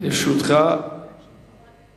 לגשם זה לא פתרון?